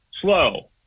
slow